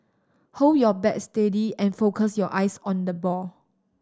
hold your bat steady and focus your eyes on the ball